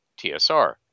TSR